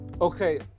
okay